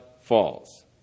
falls